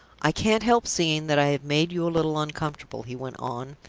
i can't help seeing that i have made you a little uncomfortable, he went on.